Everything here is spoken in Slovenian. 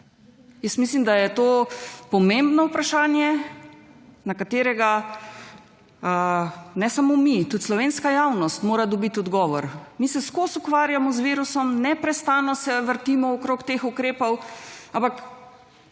Jaz mislim, da je to pomembno vprašanje, na katerega, ne samo mi, tudi slovenska javnost, mora dobit odgovor. Mi se »skos« ukvarjamo z virusom, neprestano se vrtimo okrog teh ukrepov, ampak,